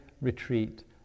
retreat